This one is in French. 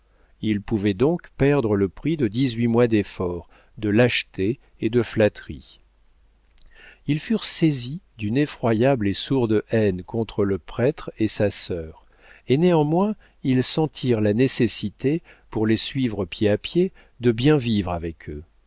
ils pouvaient donc perdre le prix de dix-huit mois d'efforts de lâchetés et de flatteries ils furent saisis d'une effroyable et sourde haine contre le prêtre et sa sœur et néanmoins ils sentirent la nécessité pour les suivre pied à pied de bien vivre avec eux